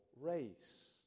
race